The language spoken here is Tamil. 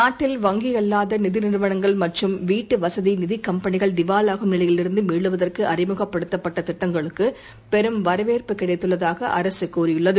நாட்டில் வங்கிஅல்லாதநிதிநிறுவனங்கள் மற்றும் வீட்டுவசதிநிதிக் கம்பெளிகள் திவாலாகும் நிலையில் இருந்துமீளுவதற்குஅறிமுகப்படுத்தப்பட்டதிட்டங்களுக்குபெரும் வரவேற்பு கிடைத்துள்ளதாகஅரசுதெரிவித்துள்ளது